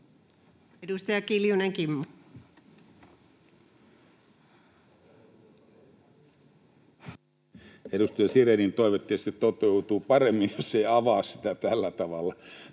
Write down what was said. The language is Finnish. Arvoisa puhemies! Edustaja Sirénin toive tietysti toteutuu paremmin, jos ei avaa sitä tällä tavalla.